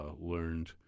learned